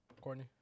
Courtney